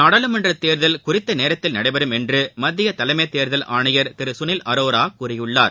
நாடாளுமன்றத் தேர்தல் குறித்த நேரத்தில் நடைபெறும் என்று மத்திய தலைமைத் தேர்தல் ஆணையர் திரு சுனில் அரோரா கூறியிருக்கிறார்